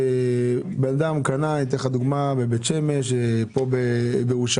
כאשר לדוגמה בן אדם קנה דירה בבית שמש או בירושלים